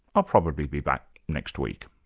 i'll probably be back next week